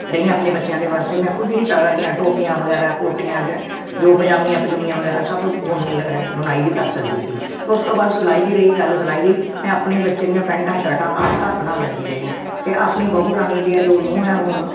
ਰਹੀ ਆਪਣੇ ਬੱਚਿਆਂ ਦੇ ਵਾਸਤੇ ਮੈਂ ਖੁਦ ਹੀ ਟਾਰਰੀਆਂ ਟੋਪੀਆਂ ਵਗੈਰਾ ਕੋਟੀਆਂ ਜਾਂ ਜੋ ਪਜਾਮੀਆਂ ਪਜੁਮੀਆਂ ਵਗੈਰਾ ਸਭ ਬੁਣ ਲੈ ਬੁਣਾਈ ਵੀ ਕਰ ਸਕਦੀ ਸੀ ਤੋ ਉਸ ਤੋਂ ਬਾਅਦ ਸਿਲਾਈ ਦੀ ਰਹੀ ਗੱਲ ਸਿਲਾਈ ਦੀ ਆਪਣੇ ਬੱਚੇ ਦੀਆਂ ਪੈਂਟਾਂ ਸ਼ਰਟਾਂ ਆਪ ਘਰ ਬਣਾ ਲੈਂਦੀ ਰਹੀ ਹਾਂ ਅਤੇ ਆਪਣੀ ਬਹੂ ਰਾਣੀ ਦੀਆ ਜੋ ਨੂੰਹ ਹੈ ਹੁਣ